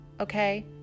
Okay